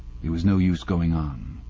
it was no use going on.